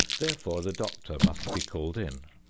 therefore the doctor must be called in.